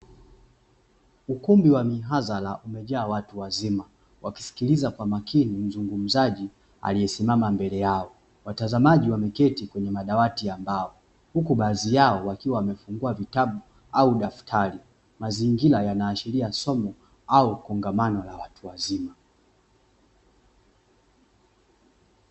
Ukumbi wa mihadhara umejaa watu wazima wakisikiliza kwa makini mzungumzaji aliyesimama mbele yao. Watazamaji wameketi kwenye madawati ya mbao huku baadhi yao wakiwa wamefungua vitabu au daftari. Mazingira yanaashiria somo au kongamano la watu wazima.